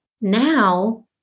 Now